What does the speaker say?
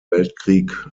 weltkrieg